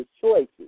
choices